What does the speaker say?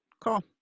Cool